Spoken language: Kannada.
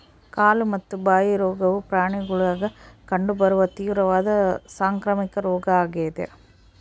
ಕಾಲು ಮತ್ತು ಬಾಯಿ ರೋಗವು ಪ್ರಾಣಿಗುಳಾಗ ಕಂಡು ಬರುವ ತೀವ್ರವಾದ ಸಾಂಕ್ರಾಮಿಕ ರೋಗ ಆಗ್ಯಾದ